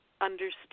understand